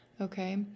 okay